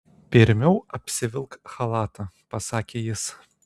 pirmiau apsivilk chalatą pasakė jis